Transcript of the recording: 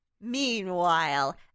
Meanwhile